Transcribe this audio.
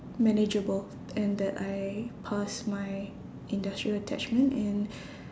manageable and that I pass my industry attachment and